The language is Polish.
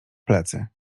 plecy